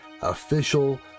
Official